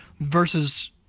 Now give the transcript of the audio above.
versus